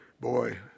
Boy